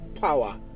power